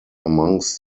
amongst